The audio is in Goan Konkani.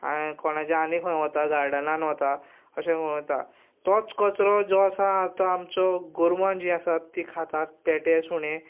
कोणाच्या आनीक खंय वता गार्डनान वता अशें करून वता तोच करचो जो आसा आतां आमचो गोरवां जीं आसात तीं खातात पेटे सुणे